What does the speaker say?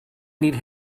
need